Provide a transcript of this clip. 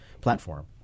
platform